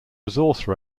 resource